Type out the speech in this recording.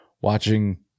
watching